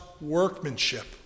workmanship